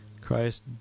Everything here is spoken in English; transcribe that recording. Christ